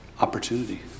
opportunity